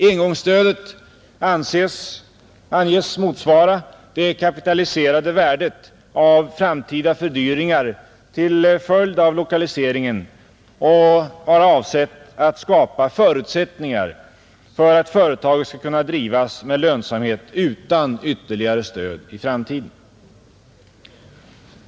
Engångsstödet anges motsvara det kapitaliserade värdet av framtida fördyringar till följd av lokaliseringen och vara avsett att skapa förutsättningar för att företaget skall kunna drivas med lönsamhet utan ytterligare stöd i framtiden.